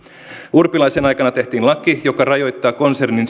urpilaisen aikana tehtiin laki joka rajoittaa konsernin